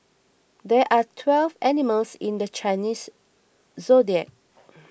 there are twelve animals in the Chinese zodiac